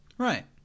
Right